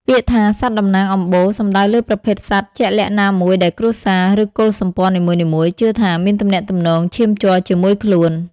ពាក្យថា "សត្វតំណាងអំបូរ" សំដៅលើប្រភេទសត្វជាក់លាក់ណាមួយដែលគ្រួសារ ឬកុលសម្ព័ន្ធនីមួយៗជឿថាមានទំនាក់ទំនងឈាមជ័រជាមួយខ្លួន។